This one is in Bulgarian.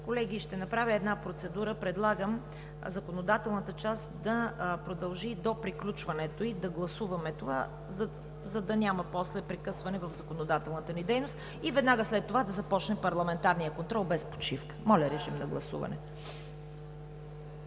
Колеги, ще направя една процедура. Предлагам законодателната част да продължи до приключването ѝ. Да гласуваме това, за да няма после прекъсване в законодателната ни дейност и веднага след това да започне парламентарният контрол без почивка. Гласуваме